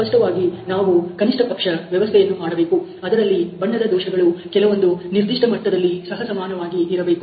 ಸ್ಪಷ್ಟವಾಗಿ ನಾವು ಕನಿಷ್ಠಪಕ್ಷ ವ್ಯವಸ್ಥೆಯನ್ನು ಮಾಡಬೇಕು ಅದರಲ್ಲಿ ಬಣ್ಣದ ದೋಷಗಳು ಕೆಲವೊಂದು ನಿರ್ದಿಷ್ಟ ಮಟ್ಟದಲ್ಲಿ ಸಹ ಸಮಾನವಾಗಿ ಇರಬೇಕು